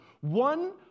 One